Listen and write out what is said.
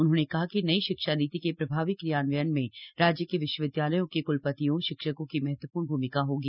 उन्होंने कहा कि नई शिक्षा नीति के प्रभावी क्रियान्वयन में राज्य के विश्वविद्यालयों के क्लपतियों शिक्षकों की महत्वपूर्ण भूमिका होगी